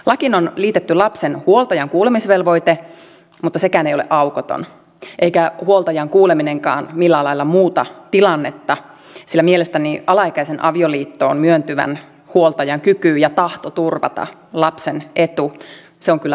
lakiin on liitetty lapsen huoltajan kuulemisvelvoite mutta sekään ei ole aukoton eikä huoltajan kuuleminenkaan millään lailla muuta tilannetta sillä mielestäni alaikäisen avioliittoon myöntyvän huoltajan kyky ja tahto turvata lapsen etu on kyllä perusteltua kyseenalaistaa